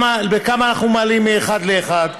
בכמה אנחנו מעלים מאחד לאחד.